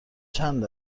چند